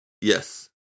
Yes